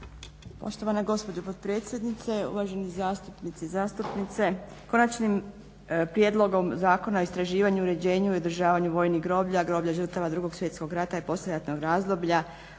Poštovana gospođo potpredsjednice, uvaženi zastupnici i zastupnice. Konačnim prijedlogom zakona o istraživanju i uređenju i održavanju vojnih groblja, groblja žrtava Drugog svjetskog rata i poslijeratnog razdoblja